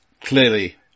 clearly